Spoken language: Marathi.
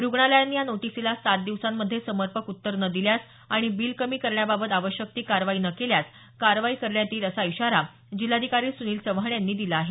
रुग्णालयांनी या नोटीसला सात दिवसांमध्ये समर्पक उत्तर न दिल्यास आणि बिल कमी करणेबाबत आवश्यक ती कारवाई न केल्यास कारवाई करण्यात येईल असा इशारा जिल्हाधिकारी सुनिल चव्हाण यांनी दिला आहे